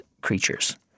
creatures